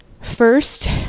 First